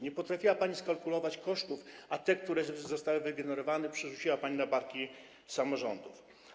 Nie potrafiła pani skalkulować kosztów, a te, które zostały wygenerowane, przerzuciła pani na barki samorządów.